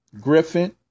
Griffin